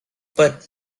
but